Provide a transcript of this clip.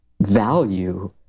value